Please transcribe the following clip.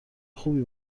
خوبی